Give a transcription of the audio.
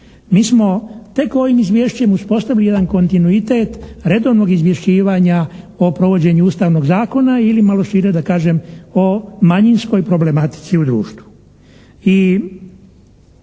mi smo tek ovim izvješćem uspostavili jedan kontinuitet redovnog izvješćivanja o provođenju Ustavnog zakona ili malo šire da kažem o manjinskoj problematici u društvu.